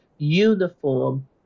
uniform